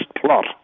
plot